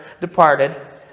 departed